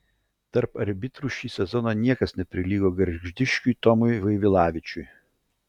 tarp arbitrų šį sezoną niekas neprilygo gargždiškiui tomui vaivilavičiui